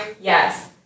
Yes